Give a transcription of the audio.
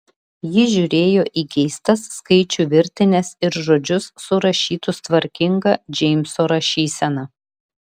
ji žiūrėjo į keistas skaičių virtines ir žodžius surašytus tvarkinga džeimso rašysena